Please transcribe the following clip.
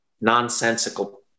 nonsensical